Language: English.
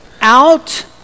out